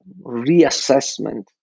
reassessment